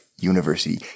University